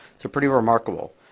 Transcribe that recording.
so pretty remarkable.